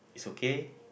is okay